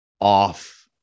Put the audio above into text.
off